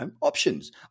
options